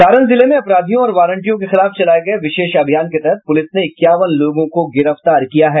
सारण जिले में अपराधियों और वारंटियों के खिलाफ चलाये गये विशेष अभियान के तहत पुलिस ने इक्यावन लोगों को गिरफ्तार किया है